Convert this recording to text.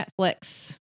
Netflix